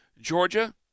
Georgia